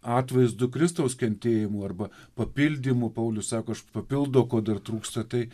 atvaizdu kristaus kentėjimų arba papildymu paulius sako aš papildau ko dar trūksta tai